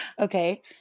Okay